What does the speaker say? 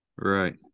right